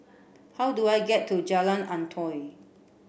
how do I get to Jalan Antoi